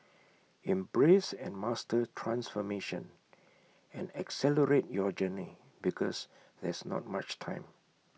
embrace and master transformation and accelerate your journey because there's not much time